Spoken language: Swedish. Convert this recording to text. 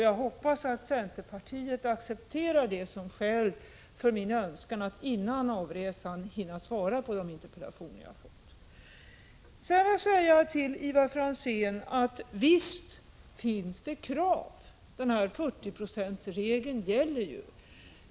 Jag hoppas att centerpartiet accepterar det som skäl för min önskan att före avresan hinna svara på de interpellationer jag fått. Sedan vill jag säga till Ivar Franzén att visst finns det krav. 40 procentsregeln gäller.